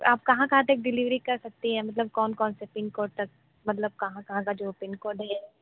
आप कहाँ कहाँ तक डिलीवरी कर सकती हैं मतलब कौन कौन से पिन कोड तक मतलब कहाँ कहाँ का जो पिन कोड है